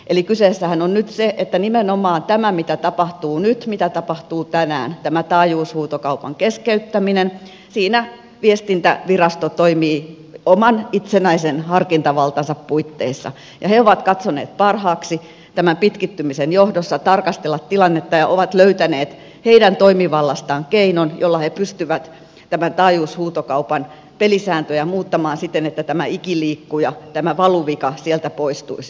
eli kyseessähän on nyt se että nimenomaan tässä mitä tapahtuu nyt mitä tapahtuu tänään tässä taajuushuutokaupan keskeyttämisessä viestintävirasto toimii oman itsenäisen harkintavaltansa puitteissa ja he ovat katsoneet parhaaksi tämän pitkittymisen johdosta tarkastella tilannetta ja ovat löytäneet heidän toimivallastaan keinon jolla he pystyvät tämän taajuushuutokaupan pelisääntöjä muuttamaan siten että tämä ikiliikkuja tämä valuvika sieltä poistuisi